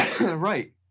Right